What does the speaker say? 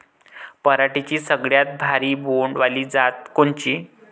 पराटीची सगळ्यात भारी बोंड वाली जात कोनची?